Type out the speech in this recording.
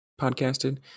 podcasted